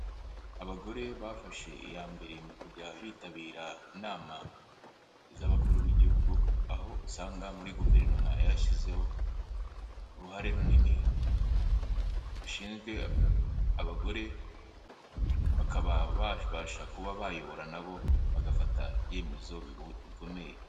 Abagore bafashe iya mbere mu kujya bitabira inama z'abakuru b'igihugu, aho usanga muri guverinoma yarashyizeho uruhare runini rushinzwe abagore, bakaba babasha kuba bayobora nabo bagafata ibyemezo bikomeye.